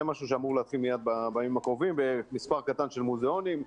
זה משהו שאמור להתחיל בימים הקרובים במספר קטן של מוזיאונים.